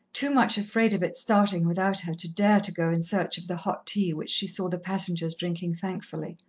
too much afraid of its starting without her to dare to go in search of the hot tea which she saw the passengers drinking thankfully.